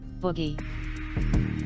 Boogie